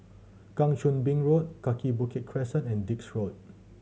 Kang Choo Bin Road Kaki Bukit Crescent and Dix Road